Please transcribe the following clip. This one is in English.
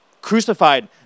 crucified